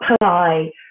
apply